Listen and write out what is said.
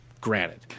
Granted